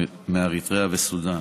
מאריתריאה וסודאן.